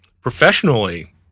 professionally